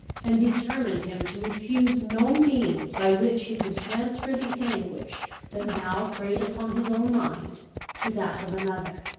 and determined him to refuse no means by which he could transfer the anguish that now preyed upon his own mind to that of another.